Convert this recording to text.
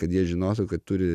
kad jie žinotų kad turi